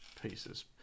pieces